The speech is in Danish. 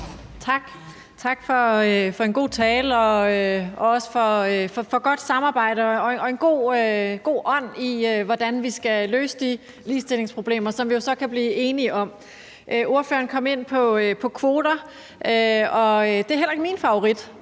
Tak for en god tale og også for et godt samarbejde og en god ånd i, hvordan vi skal løse de ligestillingsproblemer, som vi jo så kan blive enige om. Ordføreren kom ind på kvoter, og det er heller ikke min favorit,